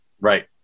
Right